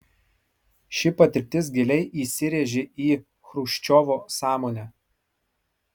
ši patirtis giliai įsirėžė į chruščiovo sąmonę